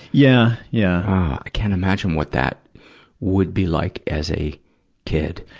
yeah, yeah. ah, i can't imagine what that would be like as a kid.